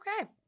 Okay